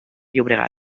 llobregat